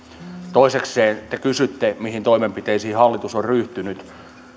toisekseen te kysytte mihin toimenpiteisiin hallitus on ryhtynyt